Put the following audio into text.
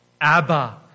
Abba